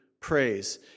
praise